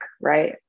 right